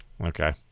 Okay